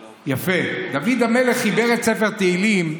יפה, דוד המלך חיבר את ספר תהילים,